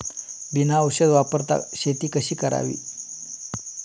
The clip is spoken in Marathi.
बिना औषध वापरता शेती कशी करावी?